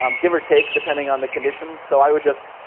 um give or take, depending on the conditions. so i would just,